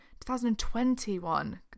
2021